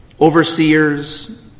overseers